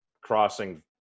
crossing